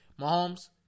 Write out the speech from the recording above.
Mahomes